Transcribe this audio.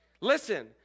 listen